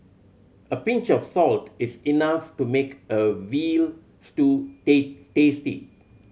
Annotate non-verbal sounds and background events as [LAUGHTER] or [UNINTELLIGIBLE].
a pinch of salt is enough to make a veal stew [UNINTELLIGIBLE] tasty